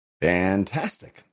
Fantastic